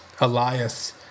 Elias